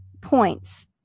points